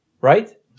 right